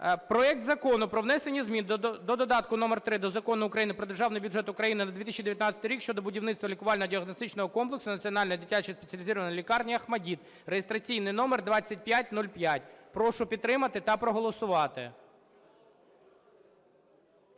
проект Закону про внесення змін до додатку № 3 до Закону України "Про Державний бюджет України на 2019 рік" щодо будівництва лікувально-діагностичного комплексу Національної дитячої спеціалізованої лікарні "ОХМАТДИТ" (реєстраційний номер 2505). Прошу підтримати та проголосувати.